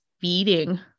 feeding